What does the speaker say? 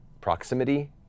proximity